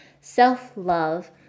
self-love